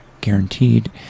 guaranteed